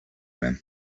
him